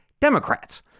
Democrats